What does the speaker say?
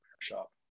shop